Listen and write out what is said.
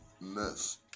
mess